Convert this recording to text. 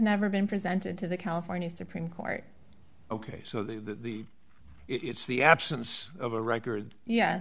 never been presented to the california supreme court ok so the it's the absence of a record yes